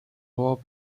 war